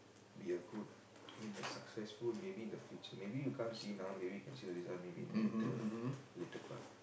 be a good I mean a successful maybe in the future maybe you can't see now maybe you can see the result maybe later lah later part